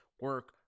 Work